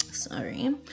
sorry